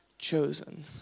chosen